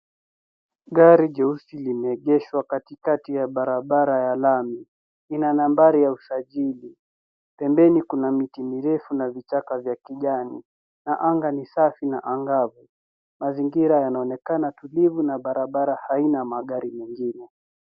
Gari jeusi limeegeshwa katikati ya barabara ya lami, ina nambari ya usajili. Pembeni kuna miti mirefu na vijaka vya kijani na anga ni safi na angavu. Mazingira yanaonekana tulivu na barabara haina magari mengine.